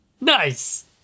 Nice